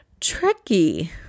tricky